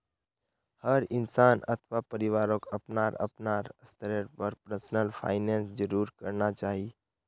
हर इंसान अथवा परिवारक अपनार अपनार स्तरेर पर पर्सनल फाइनैन्स जरूर करना चाहिए